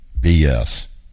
BS